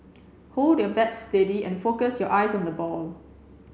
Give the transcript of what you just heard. hold your bat steady and focus your eyes on the ball